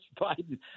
Biden